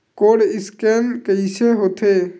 Code scan कइसे होथे?